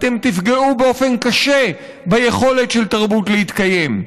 אתם תפגעו באופן קשה ביכולת של תרבות להתקיים.